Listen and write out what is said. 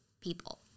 people